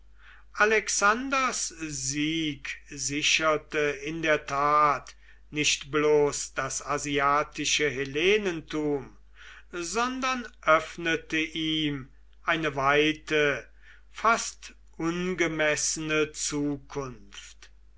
alexanders sieg sicherte in der tat nicht bloß das asiatische hellenentum sondern öffnete ihm eine weite fast ungemessene zukunft